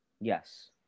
Yes